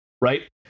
Right